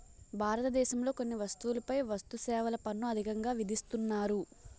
భారతదేశంలో కొన్ని వస్తువులపై వస్తుసేవల పన్ను అధికంగా విధిస్తున్నారు